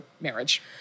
marriage